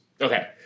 Okay